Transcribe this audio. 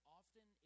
often